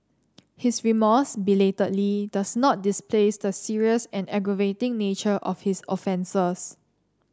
his remorse belatedly does not displace the serious and aggravating nature of his offences